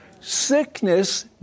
Sickness